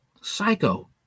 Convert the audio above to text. Psycho